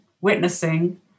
witnessing